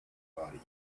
body